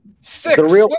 Six